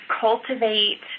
cultivate